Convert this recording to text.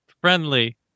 Friendly